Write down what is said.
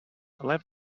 left